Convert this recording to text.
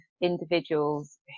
individuals